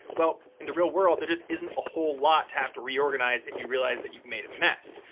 well, in the real world, there just isn't a whole lot to have to reorganize if you realize that you've made a mess.